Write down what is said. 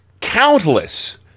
countless